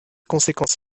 conséquences